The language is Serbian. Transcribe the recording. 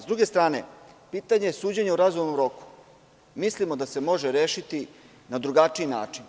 S druge strane, pitanje suđenja u razumnom roku, mislimo da se može rešiti na drugačiji način.